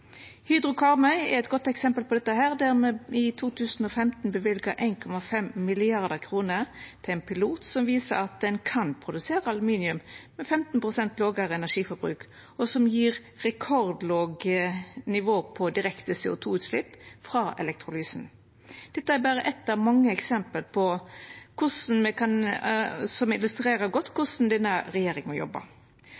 Hydro Karmøy er eit godt eksempel på dette, der me i 2015 løyvde 1,5 mrd. kr til ein pilot som viser at ein kan produsera aluminium med 15 pst. lågare energiforbruk, og som gjev eit rekordlågt nivå av direkte CO 2 -utslepp frå elektrolysen. Dette er berre eitt av mange eksempel som illustrerer godt korleis denne regjeringa jobbar. For det andre har me